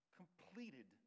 completed